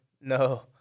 no